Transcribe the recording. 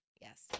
Yes